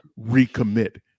recommit